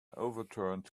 overturned